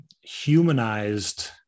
humanized